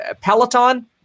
Peloton